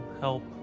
help